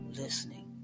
listening